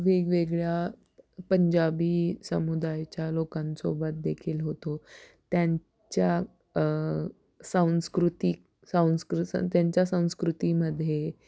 वेगवेगळ्या पंजाबी समुदायच्या लोकांसोबत देखील होतो त्यांच्या सांस्कृतिक संस्कृ सं त्यांच्या संस्कृतीमध्ये